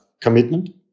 commitment